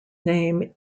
name